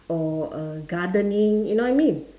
or uh gardening you know what I mean